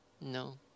No